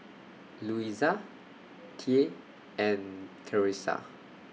Louisa Thea and Clarisa